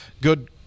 good